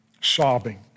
sobbing